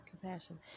compassion